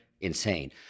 insane